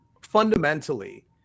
fundamentally